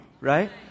right